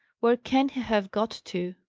where can he have got to?